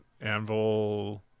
anvil